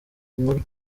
nkuru